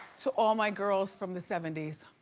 so all my girls from the seventy s,